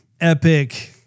epic